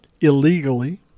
illegally